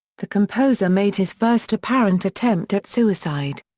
the composer made his first apparent attempt at suicide.